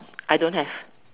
I don't have